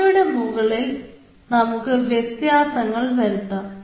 അവയുടെ മുകളിൽ നമുക്ക് വ്യത്യാസങ്ങൾ വരുത്താം